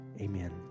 Amen